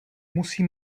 musí